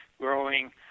growing